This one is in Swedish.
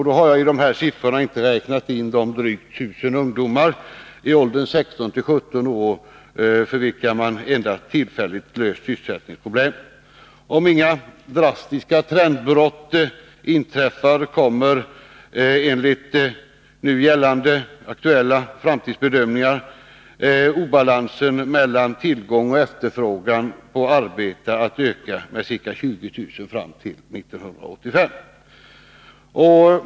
Då har jag i dessa siffror inte räknat in de drygt 1000 ungdomar i åldern 16-17 år, för vilka man endast tillfälligt löst sysselsättningsproblemet. Om inga drastiska trendbrott inträffar kommer enligt nu gällande aktuella framtidsbedömningar obalansen mellan tillgång och efterfrågan på arbete att öka med ca 20 000 fram till 1985.